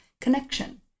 connection